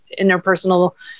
interpersonal